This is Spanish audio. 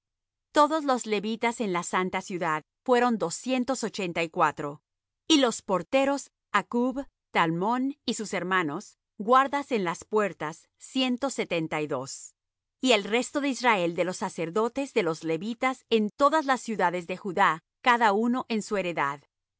todos los levitas en la santa ciudad fueron doscientos ochenta y cuatro y los porteros accub talmón y sus hermanos guardas en las puertas ciento setenta y dos y el resto de israel de los sacerdotes de los levitas en todas las ciudades de judá cada uno en su heredad